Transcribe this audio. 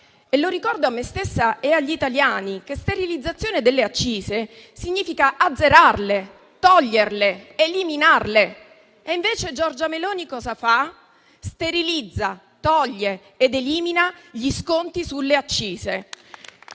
corso. Ricordo, a me stessa e agli italiani che sterilizzazione delle accise significa azzerarle, toglierle, eliminarle. Invece, Giorgia Meloni cosa fa? Sterilizza, toglie ed elimina gli sconti sulle accise.